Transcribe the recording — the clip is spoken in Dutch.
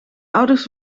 ouders